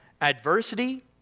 adversity